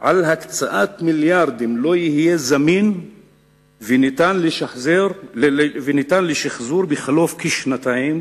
על הקצאת מיליארדים לא יהיה זמין וניתן לשחזור בחלוף כשנתיים